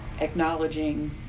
acknowledging